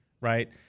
right